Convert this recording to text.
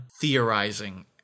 theorizing